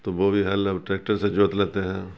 تو وہ بھی ہل اب ٹریکٹر سے جوت لیتے ہیں